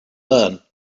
learn